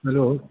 hello